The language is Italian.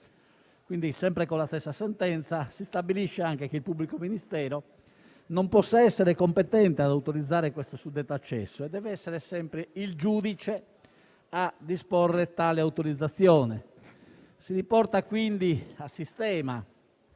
Sempre con la stessa sentenza, si stabilisce anche che il pubblico ministero non possa essere competente ad autorizzare il suddetto accesso, ma debba essere sempre il giudice a disporre tale autorizzazione. Si riporta, quindi, a sistema